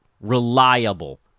reliable